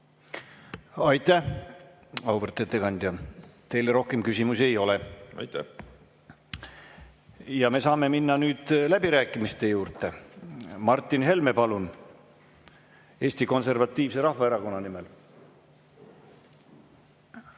Aitäh, auväärt ettekandja! Teile rohkem küsimusi ei ole. Aitäh! Aitäh! Ja me saame minna nüüd läbirääkimiste juurde. Martin Helme, palun, Eesti Konservatiivse Rahvaerakonna nimel.